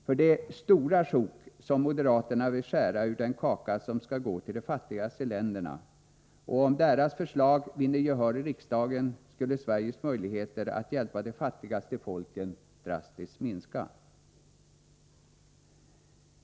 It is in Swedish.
Det är stora sjok som moderaterna vill skära ur den kaka som skall gå till de fattigaste länderna, och om deras förslag vinner gehör i riksdagen skulle Sveriges möjligheter att hjälpa de fattigaste folken i världen drastiskt minska.